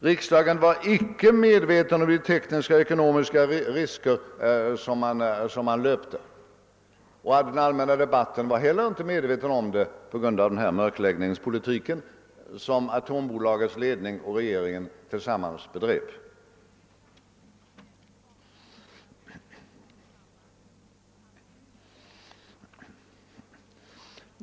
Riksdagen var därför icke medveten om de tekniska och ekonomiska risker som man löpte, och i den allmänna debatten var man heller inte medveten om dem på grund av den mörkläggningspolitik som Atomenergis ledning och regeringen tillsammans bedrev.